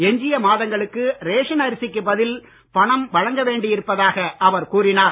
எஞ்சிய மாதங்களுக்கு ரேஷன் அரசிக்கு பதில் பணம் வழங்க வேண்டியிருப்பதாக அவர் கூறினார்